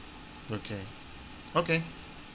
okay okay